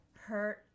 hurt